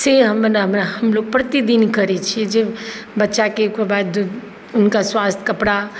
से हमरा हम लोग प्रतिदिन करै छियै जे बच्चाके एको बार हुनका स्वच्छ कपड़ा